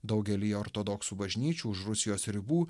daugelyje ortodoksų bažnyčių už rusijos ribų